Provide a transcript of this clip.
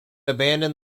abandon